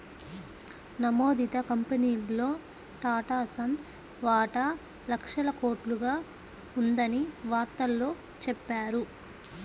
నమోదిత కంపెనీల్లో టాటాసన్స్ వాటా లక్షల కోట్లుగా ఉందని వార్తల్లో చెప్పారు